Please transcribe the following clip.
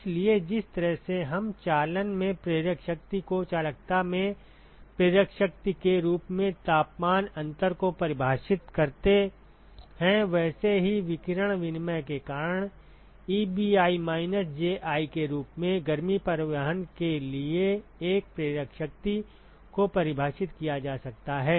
इसलिए जिस तरह से हम चालन में प्रेरक शक्ति को चालकता में प्रेरक शक्ति के रूप में तापमान अंतर को परिभाषित करते हैं वैसे ही विकिरण विनिमय के कारण Ebi माइनस Ji के रूप में गर्मी परिवहन के लिए एक प्रेरक शक्ति को परिभाषित किया जा सकता है